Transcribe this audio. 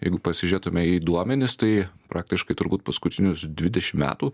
jeigu pasižiūrėtume į duomenis tai praktiškai turbūt paskutinius dvidešim metų